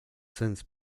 since